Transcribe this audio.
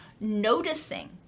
noticing